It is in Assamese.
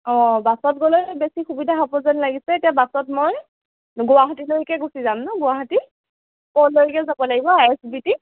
অ বাছত গ'লে বেছি সুবিধা হ'ব যেন লাগিছে এতিয়া বাছত মই গুৱাহাটীলৈকে গুচি যাম ন গুৱাহাটী ক'লৈকে যাব লাগিব আই এচ বি টি